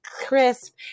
crisp